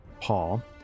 Paul